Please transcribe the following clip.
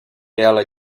ela